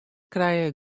krije